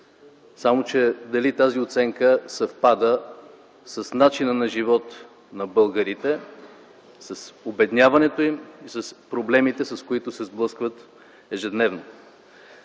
шест. Но дали тази оценка съвпада с начина на живот на българите, с обедняването им, с проблемите, с които се сблъскват ежедневно?!